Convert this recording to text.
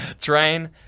Train